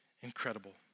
incredible